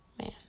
Man